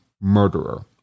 murderer